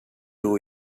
two